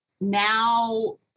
now